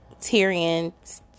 Tyrion